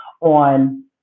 on